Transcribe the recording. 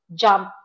jump